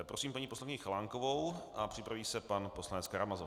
Prosím paní poslankyni Chalánkovou a připraví se pan poslanec Karamazov.